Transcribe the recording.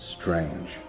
Strange